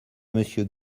monsieur